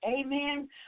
Amen